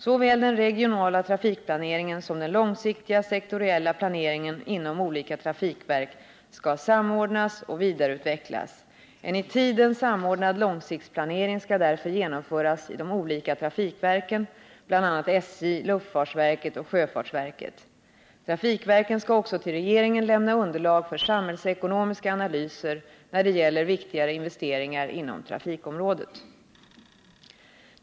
Såväl den regionala trafikplaneringen som den långsiktiga sektoriella planeringen inom olika trafikverk skall samordnas och vidareutvecklas. En i tiden samordnad långsiktsplanering skall därför genomföras i de olika trafikverken, bl.a. SJ, luftfartsverket och sjöfartsverket. Trafikverken skall också till regeringen lämna underlag för samhällsekonomiska analyser när det gäller viktigare investeringar inom trafikområdet.